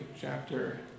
chapter